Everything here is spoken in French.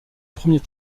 premier